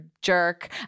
jerk